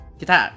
kita